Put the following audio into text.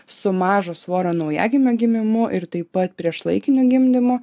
su mažo svorio naujagimio gimimu ir taip pat priešlaikiniu gimdymu